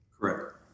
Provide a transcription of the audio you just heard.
Correct